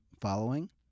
following